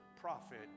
prophet